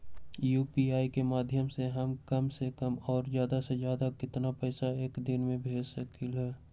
UPI के माध्यम से हम कम से कम और ज्यादा से ज्यादा केतना पैसा एक दिन में भेज सकलियै ह?